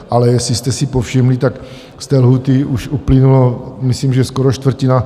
Ale jestli jste si povšimli, tak z té lhůty už uplynulo myslím že skoro čtvrtina.